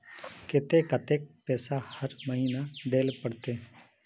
केते कतेक पैसा हर महीना देल पड़ते?